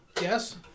yes